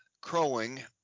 crowing